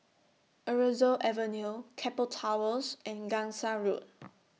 Aroozoo Avenue Keppel Towers and Gangsa Road